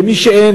למי שאין,